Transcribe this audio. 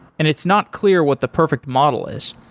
and it's not clear what the perfect model is,